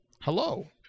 Hello